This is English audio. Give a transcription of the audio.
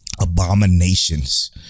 Abominations